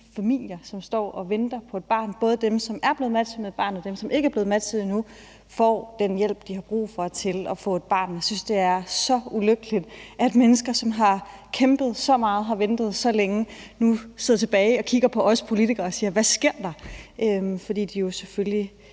familier, som står og venter på et barn, både dem, som er blevet matchet med et barn, og dem, som ikke er blevet matchet endnu, får den hjælp, de har brug for til at få et barn. Jeg synes, det er så ulykkeligt, at mennesker, som har kæmpet så meget og har ventet så længe, nu sidder tilbage og kigger på os politikere og spørger, hvad der sker, fordi de jo selvfølgelig